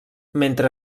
mentre